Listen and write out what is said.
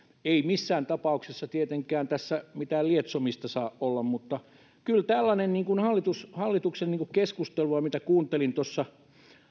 ei missään tapauksessa tietenkään tässä mitään lietsomista saa olla mutta kyllä tällainen hallituksen keskustelu mitä kuuntelin tuossa